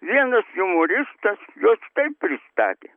vienas jumoristas juos taip pristatė